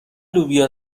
لوبیا